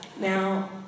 Now